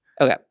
Okay